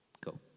Go